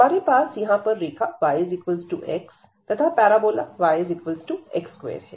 हमारे पास यहां पर रेखा yx तथा पैराबोला yx2 है